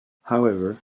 however